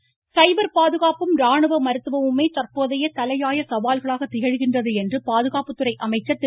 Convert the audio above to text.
ராஜ்நாத்சிங் சைபர் பாதுகாப்பும் ராணுவ மருத்துவமுமே தற்போதையை தலையாய சவால்களாக திகழ்கின்றது என்று பாதுகாப்புத்துறை அமைச்சர் திரு